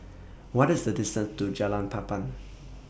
What IS The distance to Jalan Papan